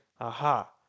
Aha